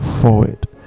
forward